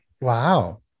Wow